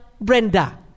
Brenda